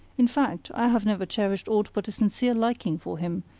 in fact, i have never cherished aught but a sincere liking for him,